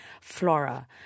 Flora